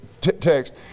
text